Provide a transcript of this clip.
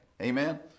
Amen